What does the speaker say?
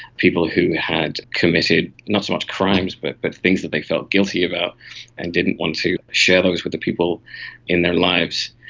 people who had committed not so much crimes but but things things that they felt guilty about and didn't want to share those with the people in their lives.